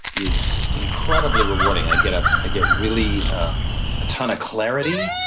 is incredibly rewarding. i get ah i get really a ton of clarity,